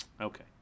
Okay